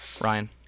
Ryan